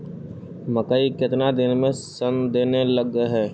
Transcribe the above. मकइ केतना दिन में शन देने लग है?